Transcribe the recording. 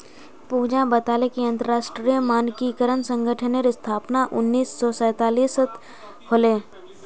पूजा बताले कि अंतरराष्ट्रीय मानकीकरण संगठनेर स्थापना उन्नीस सौ सैतालीसत होले